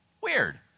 Weird